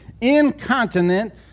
incontinent